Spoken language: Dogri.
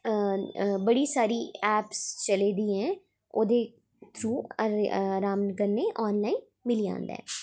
बड़ी सारी ऐप्स चला दियां ऐं ओह्दे थ्रू अराम कन्नैं मिली जांदा ऐ